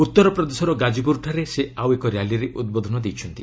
ଉତ୍ତରପ୍ରଦେଶର ଗାଜିପୁରଠାରେ ସେ ଆଉ ଏକ ର୍ୟାଲିରେ ଉଦ୍ବୋଧନ ଦେଇଛନ୍ତି